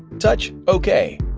touch ok.